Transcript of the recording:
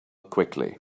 quickly